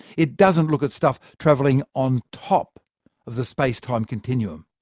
it doesn't look at stuff travelling on top of the space-time continuum.